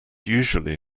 usually